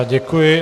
Děkuji.